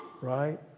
right